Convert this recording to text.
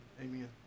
Amen